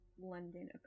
London